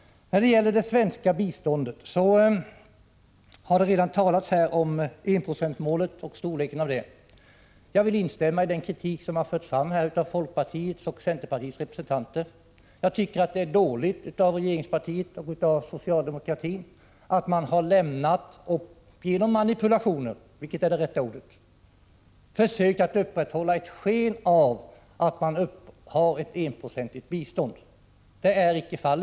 När det gäller det svenska biståndet har det redan talats här om enprocentsmålet och den verkliga storleken av det. Jag vill instämma i den kritik som folkpartiets och centerpartiets representanter har fört fram. Det är dåligt av regeringspartiet, av socialdemokratin, att man har lämnat det målet men ändå genom manipulation — vilket är det rätta ordet — försöker upprätthålla ett sken av att Sverige ger ett bistånd som uppgår till en procent.